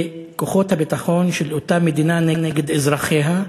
כוחות הביטחון של אותה מדינה נגד אזרחיה,